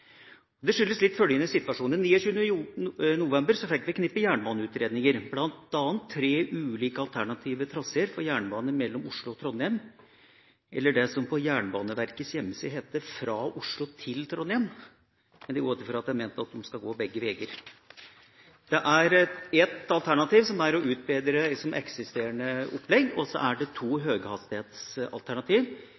Det skyldes litt følgende situasjon: Den 29. november fikk vi et knippe jernbaneutredninger, bl.a. tre ulike traseer for jernbane mellom Oslo og Trondheim – eller det som på Jernbaneverkets hjemmeside heter, «fra Oslo» «til Trondheim», men jeg går ut fra at det er ment at togene skal gå begge veger. Ett alternativ er å utbedre det eksisterende opplegget, og så er det to